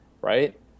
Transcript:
right